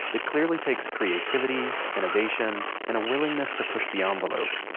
it clearly takes creativity, innovation, and a willingness to push the envelope.